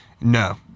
No